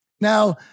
Now